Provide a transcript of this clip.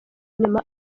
nyuma